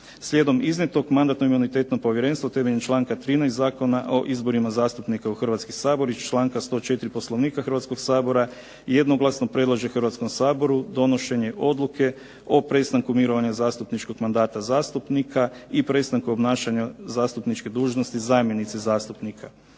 Slijedom iznijetog Mandatno-imunitetno povjerenstvo temeljem članka 13. Zakona o izborima zastupnika u Hrvatski sabor iz članka 104. Poslovnika Hrvatskog sabora jednoglasno predlaže Hrvatskom saboru donošenje odluke o prestanku mirovanja zastupničkog mandata zastupnika i prestanku obnašanja zastupničke dužnosti zamjenice zastupnika.